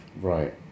Right